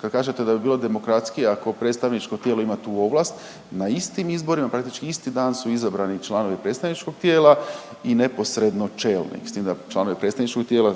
Kad kažete da bi bilo demokratskije, ako predstavničko tijelo ima tu ovlast, na istim izborima, praktički isti dan su izabrani članovi predstavničkog tijela i neposredno čelnik, s tim da članovi predstavničkog tijela